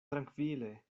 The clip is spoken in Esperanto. trankvile